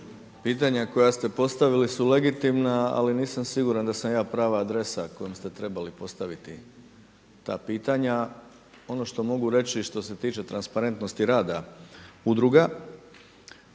Pitanja koja ste postavili su legitimna, ali nisam siguran da sam ja prava adresa kojom ste trebali postaviti ta pitanja. Ono što mogu reći i što se tiče transparentnosti rada udruga